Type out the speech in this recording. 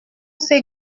ces